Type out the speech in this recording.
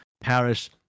paris